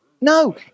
No